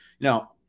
Now